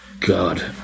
God